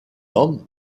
homme